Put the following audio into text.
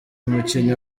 umukinnyi